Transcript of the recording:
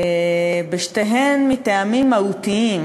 בשתיהן מטעמים מהותיים,